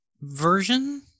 version